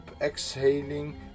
exhaling